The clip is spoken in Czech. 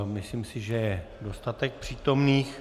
Myslím si, že je dostatek přítomných.